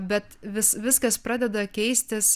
bet vis viskas pradeda keistis